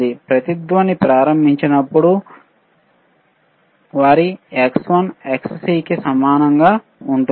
resonant ప్రారంభించినప్పుడు అప్పుడు వారి Xl Xc కి సమానంగా ఉంటుంది